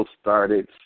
started